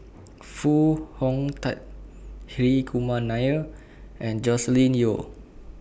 Foo Hong Tatt Hri Kumar Nair and Joscelin Yeo